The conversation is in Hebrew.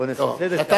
בוא נעשה סדר קצת.